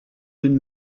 d’une